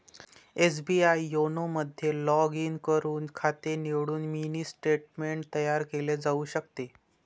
SBI YONO मध्ये log in करून खाते निवडून मिनी स्टेटमेंट तयार केले जाऊ शकते